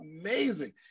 amazing